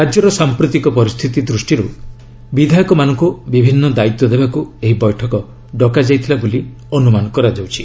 ରାଜ୍ୟର ସାମ୍ପ୍ରତିକ ପରିସ୍ଥିତି ଦୃଷ୍ଟିରୁ ବିଧାୟକମାନଙ୍କୁ ବିଭିନ୍ନ ଦାୟିତ୍ୱ ଦେବାକୁ ଏହି ବୈଠକ ଡକାଯାଇଥିଲା ବୋଲି ଅନୁମାନ କରାଯାଉଛି